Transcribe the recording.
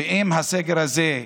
אם הסגר הזה,